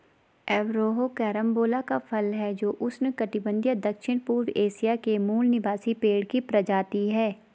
Averrhoa carambola का फल है जो उष्णकटिबंधीय दक्षिणपूर्व एशिया के मूल निवासी पेड़ की प्रजाति है